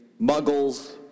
muggles